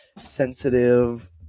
sensitive